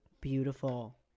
beautiful